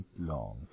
long